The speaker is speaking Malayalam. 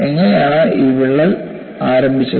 എങ്ങനെയാണ് ഈ വിള്ളൽ ആരംഭിച്ചത്